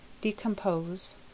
Decompose